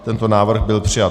Tento návrh byl přijat.